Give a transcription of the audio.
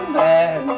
bad